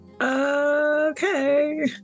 Okay